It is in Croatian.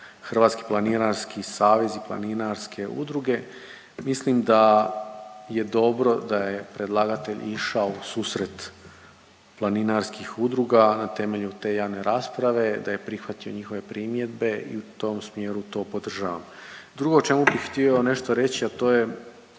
Hrvatski planinarski savez i Planinarske udruge, mislim da je dobro da je predlagatelj išao ususret planinarskih udruga na temelju te javne rasprave, da je prihvatio njihove primjedbe i u tom smjeru to podržavam. Drugo o čemu bih htio nešto reći, a to je